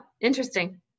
interesting